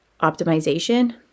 optimization